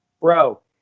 Bro